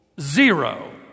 zero